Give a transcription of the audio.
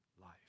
life